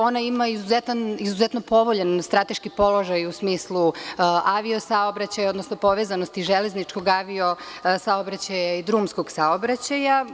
Ona ima izuzetno povoljan strateški položaj u smislu avio saobraćaja, odnosno povezanosti železničkog, avio i drumskog saobraćaja.